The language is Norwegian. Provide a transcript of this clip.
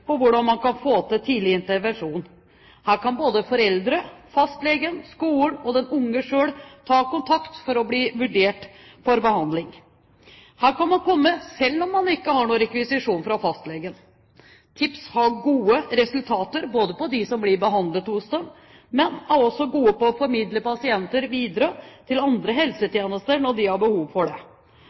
på hvordan man kan få til tidlig intervensjon. Her kan både foreldrene, fastlegen, skolen og den unge selv ta kontakt for å bli vurdert for behandling. Her kan man komme selv om man ikke har noen rekvisisjon fra fastlegen. TIPS har gode resultater for dem som blir behandlet hos dem, og de er også gode på å formidle pasienter videre til andre helsetjenester når de har behov for det.